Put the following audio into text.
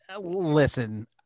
listen